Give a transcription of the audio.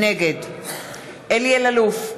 נגד אלי אלאלוף,